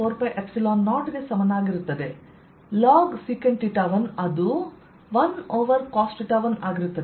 ಇದು λ4π0ಗೆ ಸಮನಾಗಿರುತ್ತದೆ ಲಾಗ್ ಅದು 1 ಓವರ್ cos 1 ಆಗಿರುತ್ತದೆ